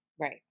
Right